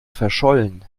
verschollen